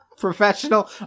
Professional